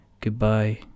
goodbye